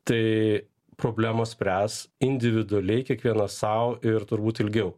tai problemos spręs individualiai kiekvienas sau ir turbūt ilgiau